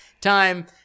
time